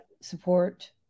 support